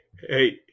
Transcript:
hey